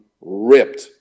ripped